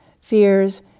fears